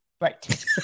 right